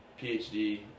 PhD